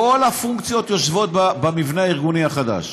כל הפונקציות יושבות במבנה הארגוני החדש.